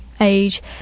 age